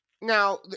Now